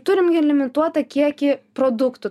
turim gi limituotą kiekį produktų